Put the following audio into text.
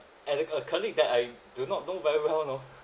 and a a colleague that I do not know very well you know